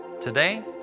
today